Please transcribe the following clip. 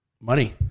money